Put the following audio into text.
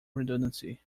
redundancy